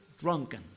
drunken